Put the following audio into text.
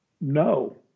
no